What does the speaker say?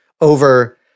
over